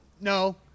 no